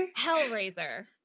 Hellraiser